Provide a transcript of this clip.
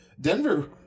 Denver